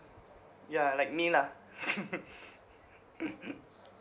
ya like me lah